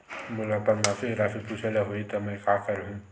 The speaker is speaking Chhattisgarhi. मोला अपन मासिक राशि पूछे ल होही त मैं का करहु?